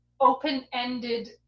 open-ended